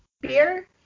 beer